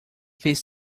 fez